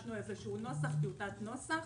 גיבשנו איזושהי טיוטת נוסח,